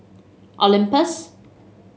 Olympus